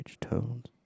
Tones